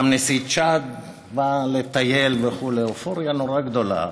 גם נשיא צ'אד בא לטייל וכו', אופוריה נורא גדולה.